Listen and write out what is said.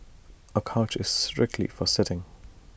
A couch is strictly for sitting